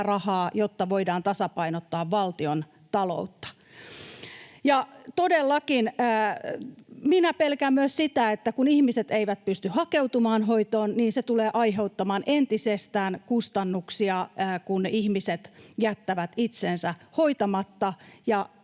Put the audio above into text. rahaa, jotta voidaan tasapainottaa valtiontaloutta. Minä todellakin pelkään myös sitä, että kun ihmiset eivät pysty hakeutumaan hoitoon, niin se tulee aiheuttamaan entisestään kustannuksia, kun ihmiset jättävät itsensä hoitamatta